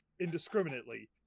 indiscriminately